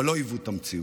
אבל לא עיוות המציאות.